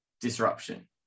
disruption